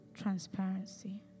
Transparency